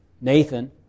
Nathan